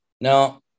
Now